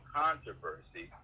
controversy